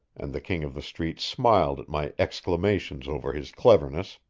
and the king of the street smiled at my exclamations over his cleverness.